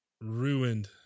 ruined